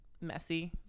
messy